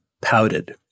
pouted